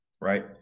Right